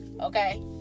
Okay